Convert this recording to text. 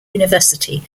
university